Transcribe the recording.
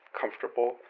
comfortable